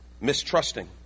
mistrusting